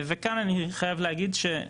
וכאן אני חייב להגיד אני